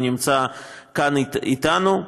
והוא נמצא כאן איתנו.